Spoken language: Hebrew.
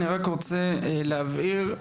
אני רק רוצה להבהיר,